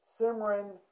Simran